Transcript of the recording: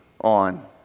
on